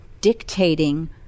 dictating